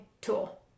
tool